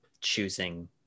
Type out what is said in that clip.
choosing